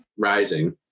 Rising